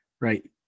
right